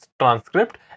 transcript